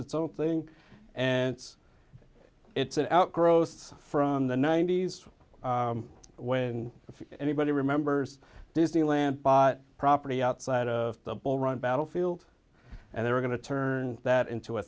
its own thing and it's it's an outgrowth from the ninety's when if anybody remembers disneyland bought property outside of the bull run battlefield and they were going to turn that into a